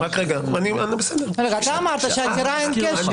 אתה אמרת שלעתירה אין קשר.